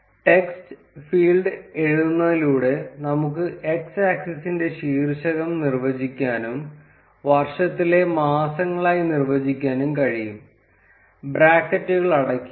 text field എഴുതുന്നതിലൂടെ നമുക്ക് x ആക്സിസിന്റെ ശീർഷകം നിർവ്വചിക്കാനും വർഷത്തിലെ മാസങ്ങളായി നിർവചിക്കാനും കഴിയും ബ്രാക്കറ്റുകൾ അടയ്ക്കുക